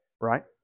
Right